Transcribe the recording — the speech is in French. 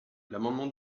l’amendement